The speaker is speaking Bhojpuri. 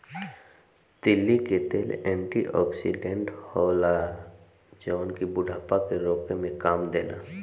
तीली के तेल एंटी ओक्सिडेंट होला जवन की बुढ़ापा के रोके में काम देला